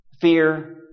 fear